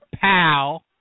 pal